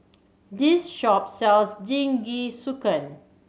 this shop sells Jingisukan